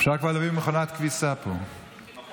אפשר כבר להביא מכונת כביסה לפה.